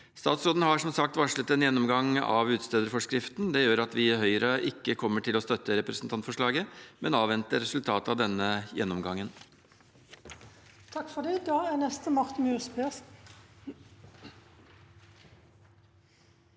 Statsråden har som sagt varslet en gjennomgang av utstederforskriften. Det gjør at vi i Høyre ikke kommer til å støtte representantforslaget, men avvente resultatet av denne gjennomgangen.